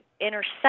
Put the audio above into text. intercept